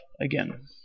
again